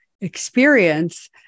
experience